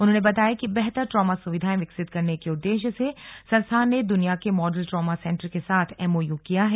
उन्होंने बताया कि बेहतर ट्रॉमा सुविधाएं विकसित करने के उद्देश्य से संस्थान ने दुनिया के मॉडल ट्रामा सेंटर के साथ एमओयू किया है